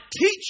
teach